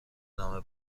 نامه